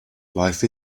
life